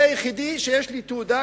ואני היחידי שיש לי תעודה,